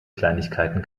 kleinigkeiten